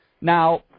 Now